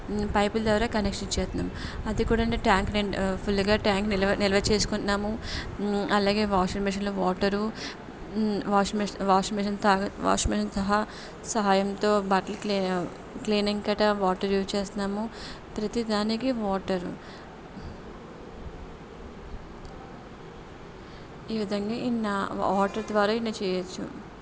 పైపుల ద్వారా కనెక్షన్ ఇచ్చేస్తున్నాం అది కూడా అంటే ట్యాంక్ నిండా ఫుల్గా ట్యాంక్ నిల్వ నిల్వ చేసుకుంటున్నాము అలాగే వాషింగ్ మెషిన్లో water washing machine washing machine washing machine సహా సహాయంతో బట్టలు క్లీ క్లీనింగ్ గట్రా వాటర్ యూజ్ చేస్తున్నాము ప్రతీ దానికి వాటర్ ఈ విధంగా ఇన్నా వాటర్ ద్వారా ఇన్ని చేయవచ్చు